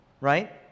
right